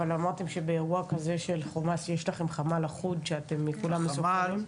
אבל אמרתם שבאירוע כזה של חומ"ס יש לכם חמ"ל אחוד שאתם כולם מסונכרנים?